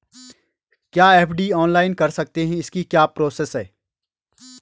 क्या FD online कर सकते हैं इसकी क्या प्रोसेस है?